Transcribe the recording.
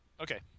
Okay